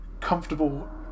comfortable